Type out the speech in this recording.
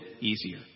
easier